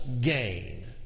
gain